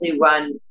run